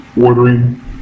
ordering